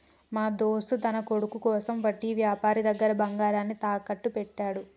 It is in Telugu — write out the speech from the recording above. మా దోస్త్ తన కొడుకు కోసం వడ్డీ వ్యాపారి దగ్గర బంగారాన్ని తాకట్టు పెట్టాడు